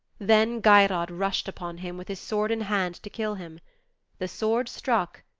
then geirrod rushed upon him with his sword in hand to kill him the sword struck